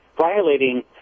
violating